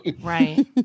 Right